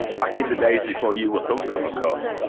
back in the days before you were thunk of, of course.